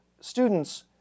students